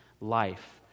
life